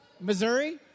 Missouri